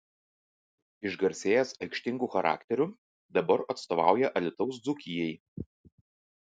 išgarsėjęs aikštingu charakteriu dabar atstovauja alytaus dzūkijai